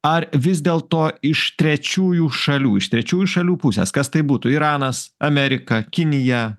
ar vis dėlto iš trečiųjų šalių iš trečiųjų šalių pusės kas tai būtų iranas amerika kinija